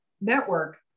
network